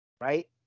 right